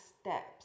steps